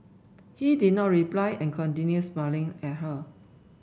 he did not reply and continued smiling at her